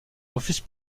refuse